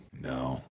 No